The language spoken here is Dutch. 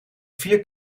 vier